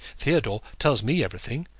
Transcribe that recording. theodore tells me everything.